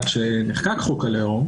כשנחקק חוק הלאום.